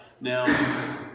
Now